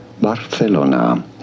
Barcelona